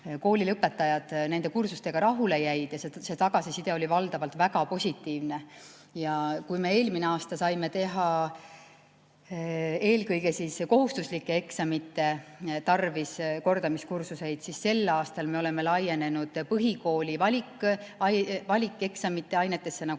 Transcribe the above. koolilõpetajad nende kursustega rahule jäid, siis see tagasiside oli valdavalt väga positiivne. Kui me eelmine aasta saime teha eelkõige kohustuslike eksamite tarvis kordamiskursuseid, siis sel aastal me oleme laienenud põhikooli valikeksamite ainetesse, nagu